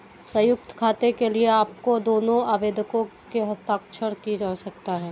संयुक्त खाते के लिए आपको दोनों आवेदकों के हस्ताक्षर की आवश्यकता है